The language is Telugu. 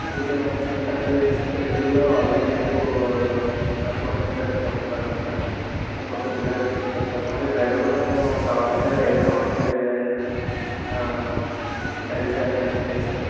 ఫుడ్ అకామిడేషన్ గట్ట అంటే టెంపుల్ లో ఆల్రెడీ మీకు అకామిడేషన్ గట్టా బాగుంది మ్యాడం అక్కడ ఫుడ్ కూడా అక్కడ పెట్టించేస్తాము డ్రైవర్ కూడా మేము కావాలంటే అక్కడ ఏదైనా హోటల్ అరేంజ్ చేస్తాము ఫుడ్డు